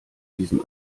diesem